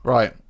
Right